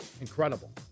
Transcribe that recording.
Incredible